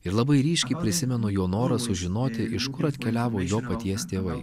ir labai ryškiai prisimenu jo norą sužinoti iš kur atkeliavo jo paties tėvai